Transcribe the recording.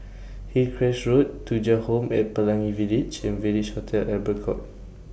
Hillcrest Road Thuja Home At Pelangi Village and Village Hotel Albert Court